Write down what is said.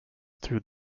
through